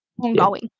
ongoing